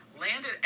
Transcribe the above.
landed